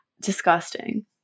Disgusting